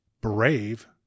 brave